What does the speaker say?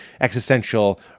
existential